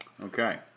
Okay